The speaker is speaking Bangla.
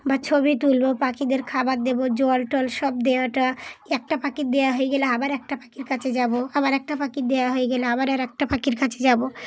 বা ছবি তুলবো পাখিদের খাবার দেবো জল টল সব দেওয়াটা একটা পাখির দেওয়া হয়ে গেলে আবার একটা পাখির কাছে যাবো আবার একটা পাখির দেওয়া হয়ে গেলে আবার আর একটা পাখির কাছে যাবো